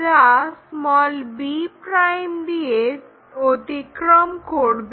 যা b' দিয়ে অতিক্রম করবে